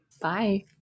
Bye